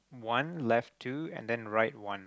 one left two and then right one